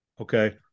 Okay